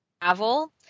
travel